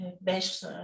best